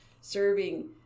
serving